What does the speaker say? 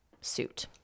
suit